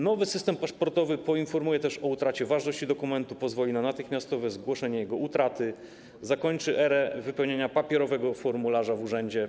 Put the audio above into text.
Nowy system paszportowy poinformuje też o utracie ważności dokumentu, pozwoli na natychmiastowe zgłoszenie jego utraty, co zakończy erę wypełniania papierowego formularza w urzędzie.